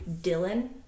Dylan